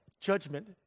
judgment